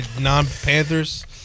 non-Panthers